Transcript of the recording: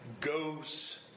goes